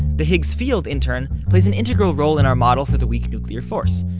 the higgs field in turn plays an integral role in our model for the weak nuclear force.